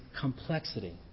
complexity